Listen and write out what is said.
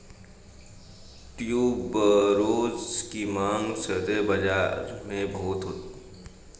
tuberose की मांग सौंदर्य बाज़ार में बहुत है